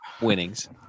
winnings